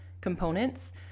components